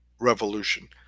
revolution